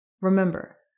Remember